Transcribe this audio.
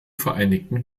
vereinigten